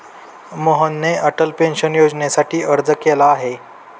मोहनने अटल पेन्शन योजनेसाठी अर्ज केलेला आहे